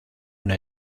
una